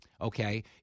okay